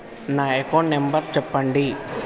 నా account number చెప్పండి?